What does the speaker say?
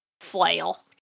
flail